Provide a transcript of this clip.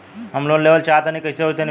हम लोन लेवल चाहऽ तनि कइसे होई तनि बताई?